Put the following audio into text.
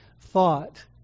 thought